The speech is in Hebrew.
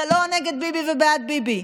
זה לא נגד ביבי ובעד ביבי,